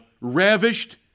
ravished